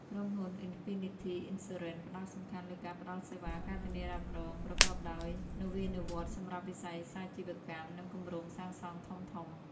ក្រុមហ៊ុន Infinity Insurance ផ្ដោតសំខាន់លើការផ្ដល់សេវា ការធានារ៉ាប់រង ប្រកបដោយនវានុវត្តន៍សម្រាប់វិស័យសាជីវកម្ម និងគម្រោងសាងសង់ធំៗ។